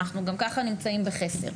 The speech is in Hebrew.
גם ככה אנחנו נמצאים בחסר.